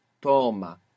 toma